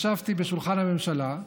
ישבתי בשולחן הממשלה,